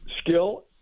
skill